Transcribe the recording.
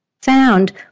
found